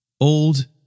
old